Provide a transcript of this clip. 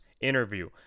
interview